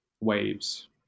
waves